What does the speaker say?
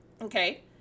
Okay